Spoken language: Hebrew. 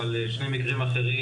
אבל שני המקרים האחרים,